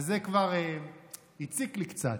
אז זה כבר הציק לי קצת,